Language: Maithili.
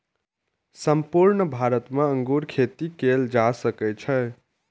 संपूर्ण भारत मे अंगूर खेती कैल जा सकै छै